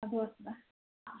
अभवत् वा